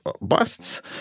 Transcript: busts